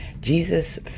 Jesus